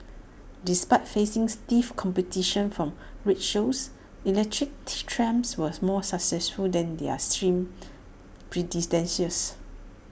despite facing stiff competition from rickshaws electric trams were more successful than their steam predecessors